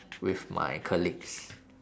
with my colleagues